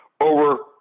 over